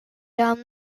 down